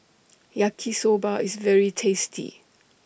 Yaki Soba IS very tasty